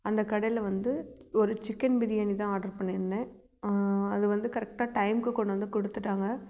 அந்த கடையில் வந்து ஒரு சிக்கன் பிரியாணி தான் ஆர்டர் பண்ணியிருந்தேன் அது வந்து கரெக்டாக டைம்க்கு கொண்டு வந்து கொடுத்துட்டாங்க